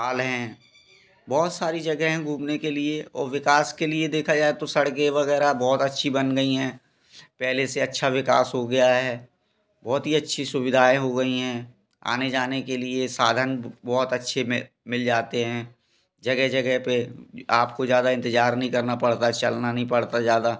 ताल हैं बहुत सारी जगह हैं घूमने के लिए और विकास के लिए देखा जाए तो सड़के वगैरह बहुत अच्छी बन गई हैं पहले से अच्छा विकास हो गया है बहुत ही अच्छी सुविधाएं हो गई हैं आने जाने के लिए साधन बहुत अच्छे में मिल जाते हैं जगह जगह पर आपको ज्यादा इंतजार नही करना पड़ता चलना नहीं पड़ता ज्यादा